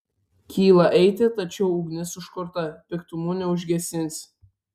kyla eiti tačiau ugnis užkurta piktumu neužgesinsi